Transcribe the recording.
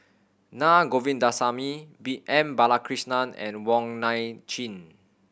Naa Govindasamy M Balakrishnan and Wong Nai Chin